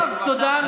יואב, תודה לך.